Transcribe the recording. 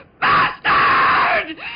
Bastard